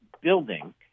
building